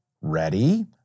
Ready